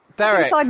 Derek